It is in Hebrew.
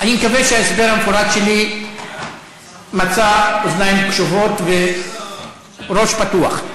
אני מקווה שההסבר המפורט שלי מצא אוזניים קשובות וראש פתוח,